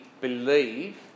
believe